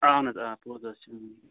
اہن حظ آ پوٚز حظ چھِ